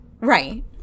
Right